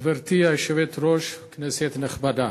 גברתי היושבת-ראש, כנסת נכבדה,